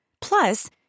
Plus